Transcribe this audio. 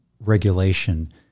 regulation